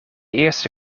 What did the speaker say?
eerste